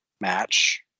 match